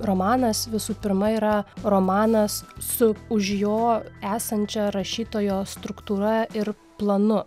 romanas visų pirma yra romanas su už jo esančia rašytojo struktūra ir planu